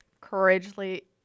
courageously